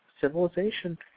civilization